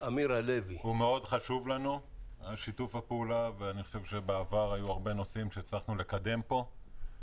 אני חושב שבעבר היו הרבה נושאים שהצלחנו לקדם פה.